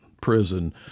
prison